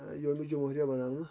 یومہِ جمہوریہ مناونہٕ